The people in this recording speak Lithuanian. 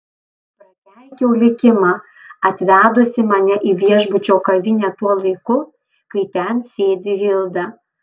prakeikiau likimą atvedusį mane į viešbučio kavinę tuo laiku kai ten sėdi hilda